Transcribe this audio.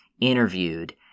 interviewed